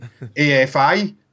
AFI